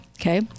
okay